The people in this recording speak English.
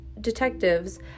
detectives